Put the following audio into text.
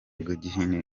gahini